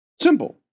Simple